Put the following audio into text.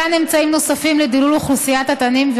ומתן אמצעים נוספים לדילול אוכלוסיית התנים.